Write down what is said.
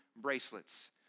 bracelets